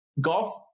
golf